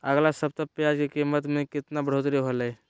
अगला सप्ताह प्याज के कीमत में कितना बढ़ोतरी होलाय?